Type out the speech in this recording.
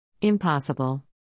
Impossible